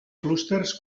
clústers